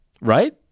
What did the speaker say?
Right